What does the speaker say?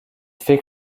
fait